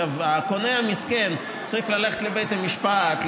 הקונה המסכן צריך ללכת לבית המשפט,